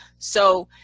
so,